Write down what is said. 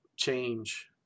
change